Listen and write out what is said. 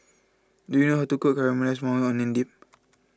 do you know how to cook Caramelized Maui Onion Dip